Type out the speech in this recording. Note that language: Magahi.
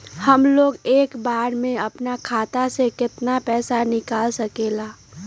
हमलोग एक बार में अपना खाता से केतना पैसा निकाल सकेला?